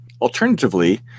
Alternatively